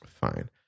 fine